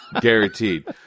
guaranteed